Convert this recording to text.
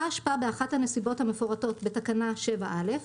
אשפה באחת הנסיבות המפורטות בתקנה 7(א),